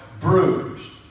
bruised